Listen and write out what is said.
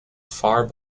far